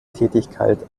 tätigkeit